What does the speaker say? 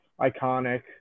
iconic